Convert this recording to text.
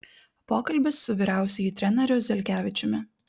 pokalbis su vyriausiuoju treneriu zelkevičiumi